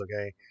okay